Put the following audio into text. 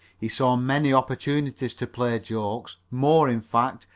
he saw many opportunities to play jokes more, in fact,